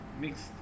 mixed